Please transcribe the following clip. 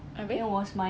abeh